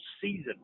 season